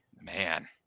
Man